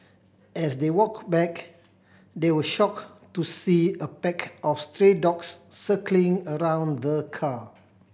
as they walked back they were shocked to see a pack of stray dogs circling around the car